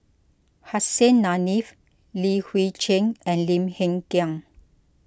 Hussein Haniff Li Hui Cheng and Lim Hng Kiang